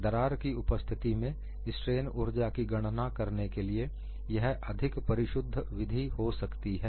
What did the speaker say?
दरार की उपस्थिति में स्ट्रेन ऊर्जा की गणना करने के लिए यह अधिक परिशुद्ध विधि हो सकती है